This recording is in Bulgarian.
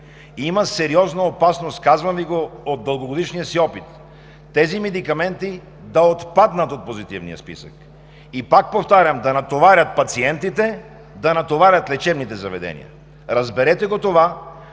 има сериозна опасност – казвам Ви го от дългогодишния си опит, тези медикаменти да отпаднат от Позитивния списък. Пак повтарям, да натоварят пациентите, да натоварят лечебните заведения! Разберете го това!